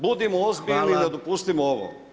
Budimo ozbiljno i ne dopustimo ovo.